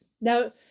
Now